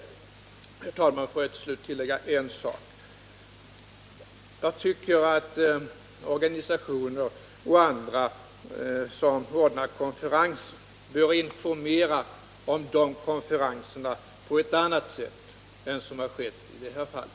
Herr talman! Låt mig till slut tillägga att jag tycker att organisationer och andra som ordnar konferenser bör informera om dessa på ett annat sätt än som har skett i det här fallet.